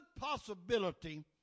possibility